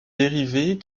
dérivés